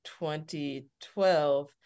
2012